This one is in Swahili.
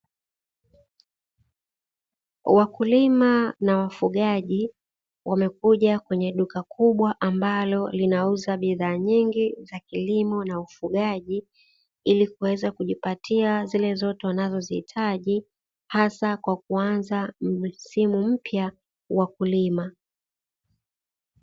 Wakulima na wafugaji wamekuja kwenye duka kubwa ambalo linauza bidhaa nyingi za kilimo na ufugaji, ili kuweza kulipatia zile zote wanazozihitaji hasa kwa kuanza msimu mpya.